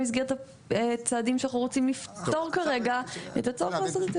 במסגרת הצעדים שאנחנו רוצים לפתור כרגע את הצורך לעשות את זה.